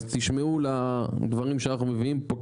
אז תשמעו לדברים שאנחנו מביאים פה,